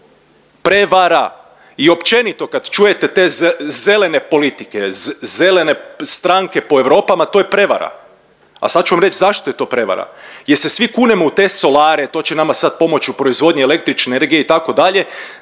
prevara i općenito kad čujete te zelene politike, zelene stranke po Europama to je prevara. A sad ću vam reć zašto je to prevara jel se svi kunemo u te solare, to će nama sad pomoć u proizvodnji električne energije itd.,